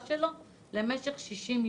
שלו למשך 60 יום.